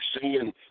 seeing